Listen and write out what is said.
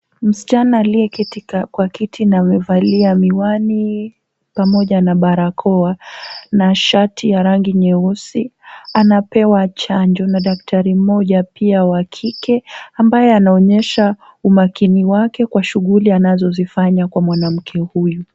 Msichana aliyeketi kwa kiti na amevalia miwani, pamoja na barakoa, na shati ya rangi nyeusi, anapewa chanjo na daktari mmoja pia wa kike ambaye anaonyesha umakini wake, kwa shughuli anazozifanya kwa mwanamke huyu.